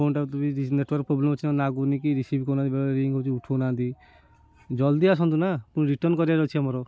ଫୋନ୍ଟା network problem ଅଛି ଲାଗୁନି କି ରିସିଭ୍ କରୁନାହାଁନ୍ତି ବେଳେବେଳେ ରିଙ୍ଗ୍ ହେଉଛି ଉଠଉ ନାହାଁନ୍ତି ଜଲ୍ଦି ଆସନ୍ତୁ ନା ପୁଣି ରିଟର୍ଣ୍ଣ କରିବାର ଅଛି ଆମର